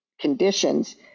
conditions